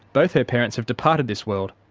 both her parents have departed this world,